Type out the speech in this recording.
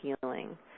healing